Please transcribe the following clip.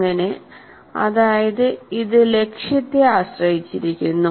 അങ്ങിനെഅതായത് ഇത് ലക്ഷ്യത്തെ ആശ്രയിച്ചിരിക്കുന്നു